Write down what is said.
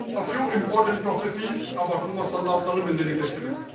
a few important prophecies about who muscle loss solemn in the new testament